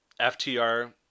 FTR